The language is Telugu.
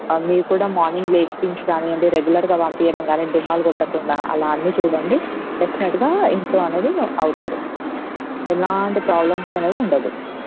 మీరు కూడా మార్నింగ్ లేపించి కానివ్వండి రెగులర్గా పంపించండం కానీ డుమ్మాలు కొట్టకుండా అలా అన్నీ చూడండి డెఫ్నెట్గా ఇంప్రూవ్ అనేది అవుతారు ఎలాంటి ప్రోబ్లమ్స్ అనేవి ఉండదువు